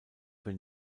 für